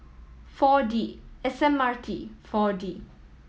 Four D S M R T Four D